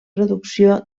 producció